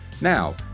Now